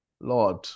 Lord